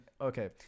Okay